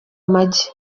amagi